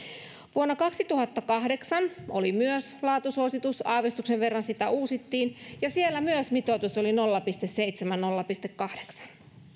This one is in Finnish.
vuonna kaksituhattakahdeksan oli myös laatusuositus aavistuksen verran sitä uusittiin ja siellä myös mitoitus oli nolla pilkku seitsemän viiva nolla pilkku kahdeksantena